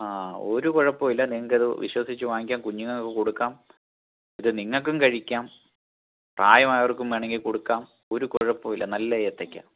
ആ ഒരു കുഴപ്പവും ഇല്ല നിങ്ങൾക്ക് ഇത് വിശ്വസിച്ച് വാങ്ങിക്കാം കുഞ്ഞുങ്ങക്ക് കൊടുക്കാം ഇത് നിങ്ങൾക്കും കഴിക്കാം പ്രായമായവർക്കും വേണമെങ്കിൽ കൊടുക്കാം ഒരു കുഴപ്പവും ഇല്ല നല്ല ഏത്തയ്ക്ക